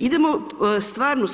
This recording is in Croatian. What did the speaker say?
Idemo stvarno